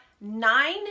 nine